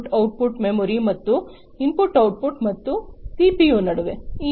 input output memory ಮತ್ತು input output ಮತ್ತು CPU ನಡುವೆ